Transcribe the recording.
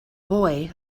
boy